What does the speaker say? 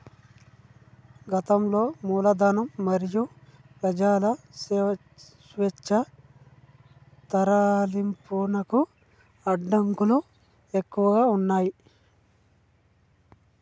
గతంలో మూలధనం మరియు ప్రజల స్వేచ్ఛా తరలింపునకు అడ్డంకులు ఎక్కువగా ఉన్నయ్